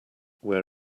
where